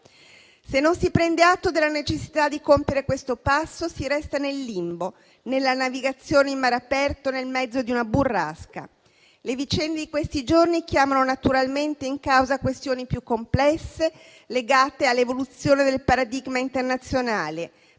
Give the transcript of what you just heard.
Se non si prende atto della necessità di compiere questo passo, si resta nel limbo, nella navigazione in mare aperto nel mezzo di una burrasca. Le vicende di questi giorni chiamano naturalmente in causa questioni più complesse, legate all'evoluzione del paradigma internazionale,